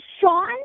sean